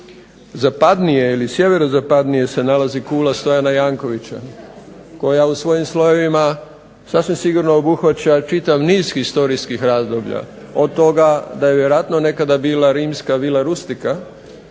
Zapadnije ili sjeverozapadnije se nalazi Kula Stojana Jankovića koja u svojim slojevima sasvim sigurno obuhvaća čitav niz historijskih razdoblja. Od toga da ju je … bila rimska Vila Rustika,